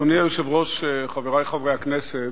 אדוני היושב-ראש, חברי חברי הכנסת,